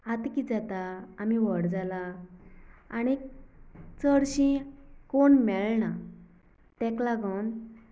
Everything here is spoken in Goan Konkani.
आतां कित जाता आमी व्हड जालां आनीक चडशीं कोण मेळना ताका लागून